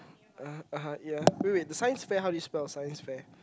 (uh huh) (uh huh) ya wait wait the science fair how it spell science fair